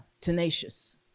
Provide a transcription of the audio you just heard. tenacious